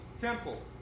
temple